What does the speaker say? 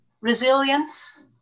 resilience